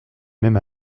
même